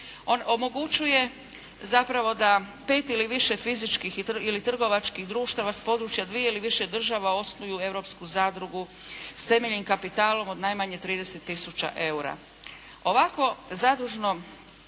omogućuje zapravo da 5 ili više fizičkih ili trgovačkih društava s područja dvije ili više država osnuju europsku zadrugu s temeljnim kapitalom od najmanje 30 tisuća